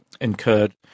incurred